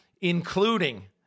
including